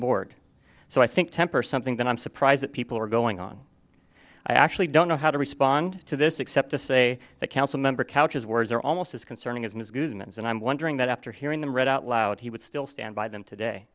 board so i think temper something that i'm surprised that people are going on i actually don't know how to respond to this except to say that council member couches words are almost as concerning as ms guzman's and i'm wondering that after hearing them read out loud he would still stand by them today